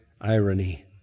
irony